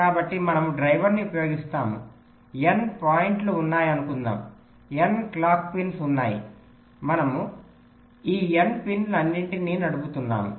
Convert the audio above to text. కాబట్టి మనము డ్రైవర్ను ఉపయోగిస్తాము N పాయింట్లు ఉన్నాయనుకుందాము N క్లాక్ పిన్స్ ఉన్నాయి మనము ఈ N పిన్లన్నింటినీ నడుపుతున్నాము